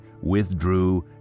withdrew